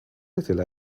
little